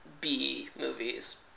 B-movies